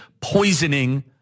poisoning